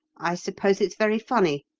i suppose it's very funny